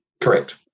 Correct